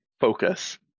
focus